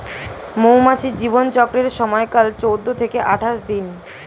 মৌমাছির জীবন চক্রের সময়কাল চৌদ্দ থেকে আঠাশ দিন